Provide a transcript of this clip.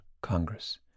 Congress